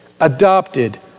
adopted